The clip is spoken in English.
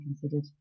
considered